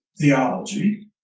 theology